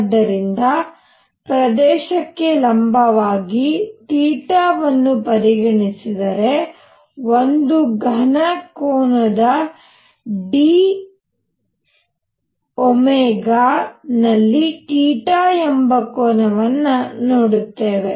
ಆದ್ದರಿಂದ ಪ್ರದೇಶಕ್ಕೆ ಲಂಬವಾಗಿವನ್ನು ಪರಿಗಣಿಸಿದರೆ ಒಂದು ಘನ ಕೋನದ d ನಲ್ಲಿ ಎಂಬ ಕೋನವನ್ನು ನೋಡುತ್ತೇವೆ